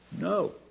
no